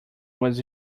was